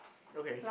okay